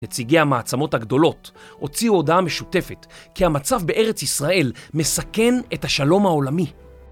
נציגי המעצמות הגדולות הוציאו הודעה משותפת כי המצב בארץ ישראל מסכן את השלום העולמי.